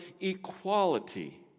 equality